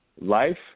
Life